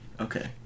Okay